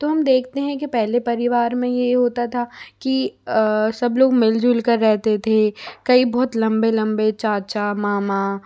तो हम देखते हैं कि पहले परिवार में ये होता था कि सब लोग मिल जुल कर रहते थे कई बहुत लंबे लंबे चाचा मामा